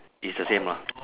it's the same lah